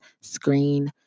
screen